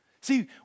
See